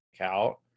out